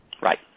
Right